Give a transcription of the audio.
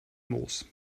moos